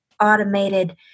automated